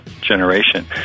generation